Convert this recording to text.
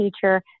teacher